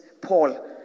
Paul